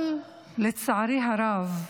אבל, לצערי הרב,